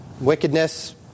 Wickedness